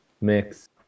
Mix